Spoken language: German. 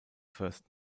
first